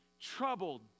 troubled